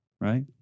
Right